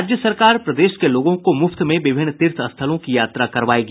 राज्य सरकार प्रदेश के लोगों को मुफ्त में विभिन्न तीर्थ स्थलों की यात्रा करवायेगी